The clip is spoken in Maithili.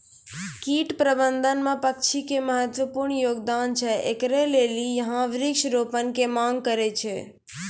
कीट प्रबंधन मे पक्षी के महत्वपूर्ण योगदान छैय, इकरे लेली यहाँ वृक्ष रोपण के मांग करेय छैय?